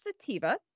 sativa